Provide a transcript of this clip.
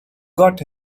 got